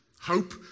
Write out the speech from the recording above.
hope